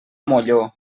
molló